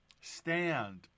Stand